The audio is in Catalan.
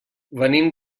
venim